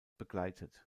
begleitet